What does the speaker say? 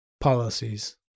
policies